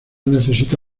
necesita